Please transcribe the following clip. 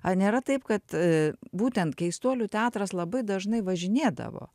ar nėra taip kad būtent keistuolių teatras labai dažnai važinėdavo